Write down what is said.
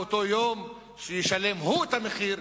הוא ישלם את המחיר.